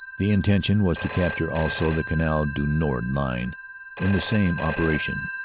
the intention was to capture also the canal du nord line in the same operation.